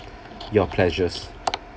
your pleasures